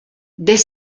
des